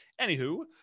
Anywho